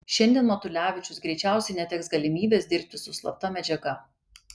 šiandien matulevičius greičiausiai neteks galimybės dirbti su slapta medžiaga